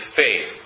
faith